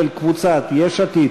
של קבוצת יש עתיד,